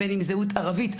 בין אם זהות ערבית,